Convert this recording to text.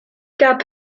gab